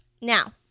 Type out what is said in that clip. Now